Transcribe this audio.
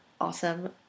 awesome